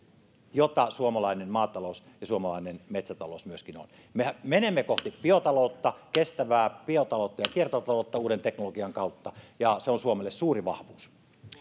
jota suomalainen maatalous ja suomalainen metsätalous myöskin ovat me menemme kohti kestävää biotaloutta ja kiertotaloutta uuden teknologian kautta ja se on suomelle suuri vahvuus